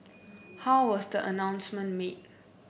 how was the announcement made